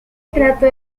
trató